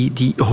die